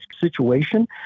situation